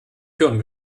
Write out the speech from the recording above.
türen